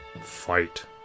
fight